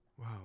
wow